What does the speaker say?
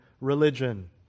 religion